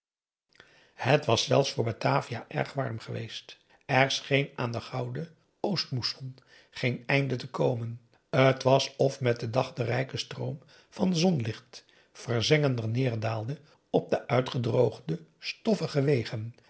het was zelfs voor batavia erg warm geweest er scheen aan den gouden oostmousson geen einde te komen t was of met den dag de rijke stroom van zonlicht verzengender neerdaalde op de uitgedroogde stoffige wegen